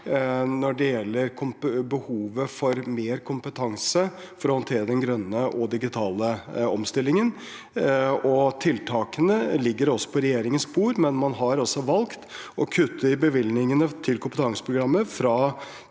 når det gjelder behovet for mer kompetanse for å håndtere den grønne og digitale omstillingen. Tiltakene ligger også på regjeringens bord, men man har altså valgt å kutte i bevilgningene til kompetanseprogrammet, fra